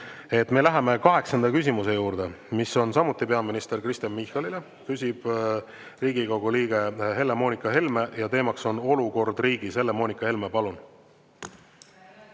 Me läheme kaheksanda küsimuse juurde, mis on samuti peaminister Kristen Michalile. Küsib Riigikogu liige Helle-Moonika Helme ja teema on olukord riigis. Helle-Moonika Helme, palun!